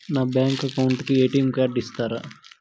నా bank account కు ATM card ఇస్తారా